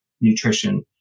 nutrition